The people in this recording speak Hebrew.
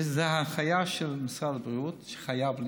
זאת הנחיה של משרד הבריאות שזה חייב להיות.